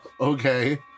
Okay